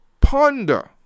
ponder